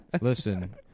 Listen